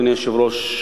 אדוני היושב-ראש,